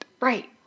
Right